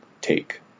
take